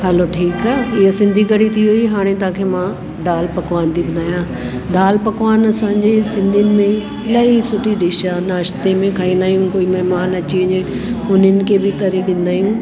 हलो ठीकु आहे इहो सिंधी कढ़ी थी वेई हाणे तव्हांखे मां दाल पकवान थी ॿुधायां दाल पकवान असां जे सिंधिनि में इलाही सुठी डिश आहे नाश्ते में खाईंदा आहियूं कोई महिमान अची वञे उन्हनि खे बि तरे ॾींदा आहियूं